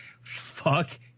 fuck